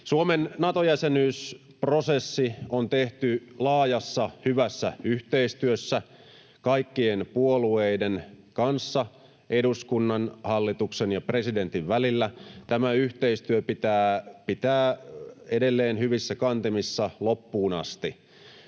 Suomen Nato-jäsenyysprosessi on tehty laajassa, hyvässä yhteistyössä kaikkien puolueiden kanssa, eduskunnan, hallituksen ja presidentin välillä. Tämä yhteistyö pitää pitää edelleen hyvissä kantimissa loppuun asti.